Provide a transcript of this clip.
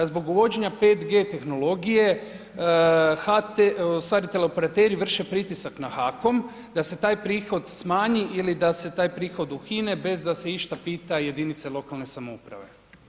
Zbog uvođenja 5G tehnologije HT, u stvari teleoperateri vrše pritisak na HAKOM da se taj prihod smanji ili da se taj prihod ukine bez da se išta pita jedinice lokalne samouprave.